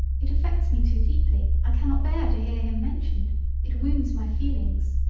it affects me too deeply. i cannot bear to hear him mentioned it wounds my feelings.